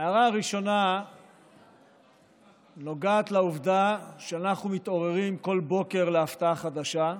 ההערה הראשונה נוגעת לעובדה שאנחנו מתעוררים בכל בוקר להפתעה חדשה,